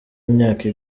imyaka